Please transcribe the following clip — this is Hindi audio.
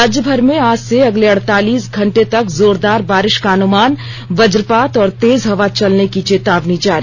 राज्यभर में आज से अगले अड़तालीस घंटों तक जोरदार बारिश का अनुमान वजपात और तेज हवा चलने की चेतावनी जारी